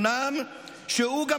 אוכל,